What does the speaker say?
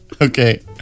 Okay